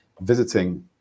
visiting